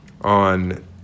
on